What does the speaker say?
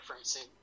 referencing